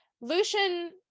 Lucian